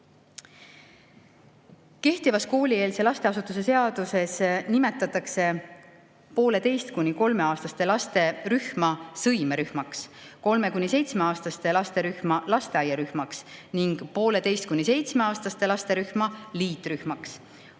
Kehtivas koolieelse lasteasutuse seaduses nimetatakse pooleteise‑ kuni kolmeaastaste laste rühma sõimerühmaks, kolme‑ kuni seitsmeaastaste laste rühma lasteaiarühmaks ning pooleteise‑ kuni seitsmeaastaste laste rühma liitrühmaks.